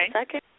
second